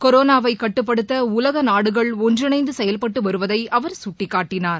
கொரோனாவை கட்டுப்படுத்த உலக நாடுகள் ஒன்று இணைந்து செயல்பட்டு வருவதை அவர் சுட்டிகாட்டினார்